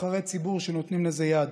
נבחרי ציבור שנותנים לזה יד.